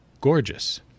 gorgeous